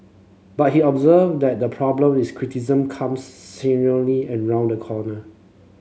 but he observed that the problem is criticism comes and round the corner